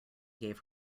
gave